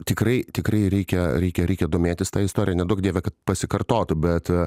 tikrai tikrai reikia reikia reikia domėtis ta istorija neduok dieve kad pasikartotų bet